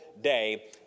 day